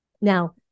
Now